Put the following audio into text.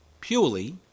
purely